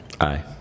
Aye